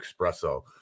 espresso